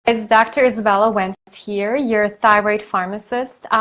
it's dr. isabella wentz here, your thyroid pharmacist.